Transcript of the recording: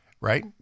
right